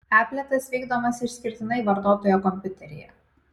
apletas vykdomas išskirtinai vartotojo kompiuteryje